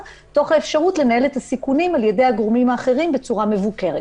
תוך האפשרות לנהל את הסיכונים על ידי הגורמים האחרים בצורה מבוקרת.